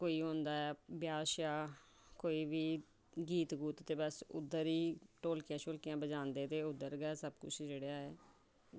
कोई होंदा ऐ ब्याह् ते कोई बी गीत ते उद्धर गै ढोलकियां बगैरा बजांदे ते उद्धर गै सब कुछ जेह्ड़ा ऐ